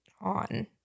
on